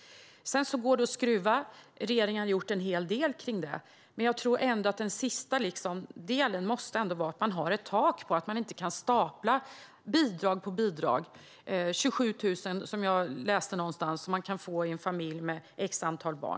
Sedan går det att skruva i detta, och regeringen har gjort en hel del. Men jag tror att den sista delen måste vara att ha ett tak, så att man inte kan stapla bidrag på bidrag. Jag läste någonstans att en familj med ett visst antal barn kan få 27 000 kronor.